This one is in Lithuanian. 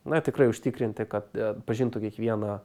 na tikrai užtikrinti kad pažintų kiekvieną